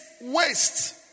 waste